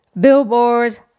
billboards